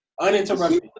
uninterrupted